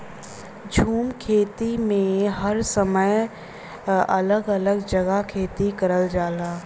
झूम खेती में हर समय अलग अलग जगह खेती करल जाला